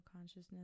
consciousness